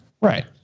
Right